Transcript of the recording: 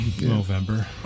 November